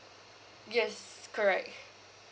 yes correct